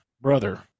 brother